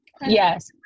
yes